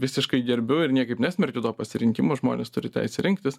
visiškai gerbiu ir niekaip nesmerkiu to pasirinkimo žmonės turi teisę rinktis